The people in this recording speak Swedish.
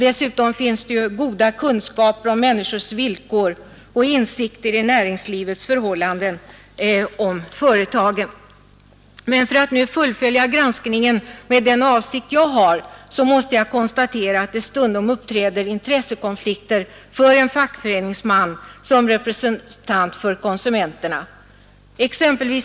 Dessutom finns det där goda kunskaper om människors villkor samt insikter i näringslivets förhållanden och om företagen. Men om jag nu fullföljer granskningen med den avsikt jag har måste jag konstatera, att det stundom uppträder intressekonflikter för en fackföreningsman som representant för konsumenterna.